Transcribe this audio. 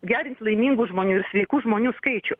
gerint laimingų žmonių ir sveikų žmonių skaičių